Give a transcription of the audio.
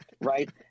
Right